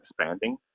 expanding